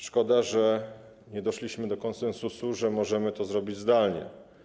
Szkoda, że nie doszliśmy do konsensusu, że możemy to zrobić zdalnie.